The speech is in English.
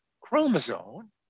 chromosome